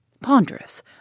ponderous